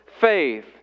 faith